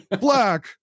black